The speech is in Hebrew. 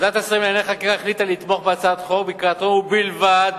ועדת השרים לענייני חקיקה החליטה לתמוך בהצעת החוק בקריאה טרומית בלבד,